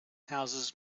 houses